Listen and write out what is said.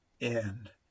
end